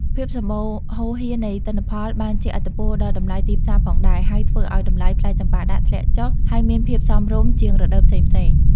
ភាពសម្បូរហូរហៀរនៃទិន្នផលបានជះឥទ្ធិពលដល់តម្លៃទីផ្សារផងដែរ ដោយធ្វើឱ្យតម្លៃផ្លែចម្ប៉ាដាក់ធ្លាក់ចុះហើយមានភាពសមរម្យជាងរដូវផ្សេងៗ។